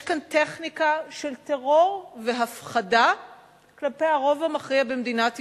יש כאן טכניקה של טרור והפחדה כלפי הרוב המכריע במדינת ישראל,